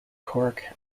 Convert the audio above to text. cork